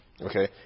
Okay